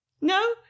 No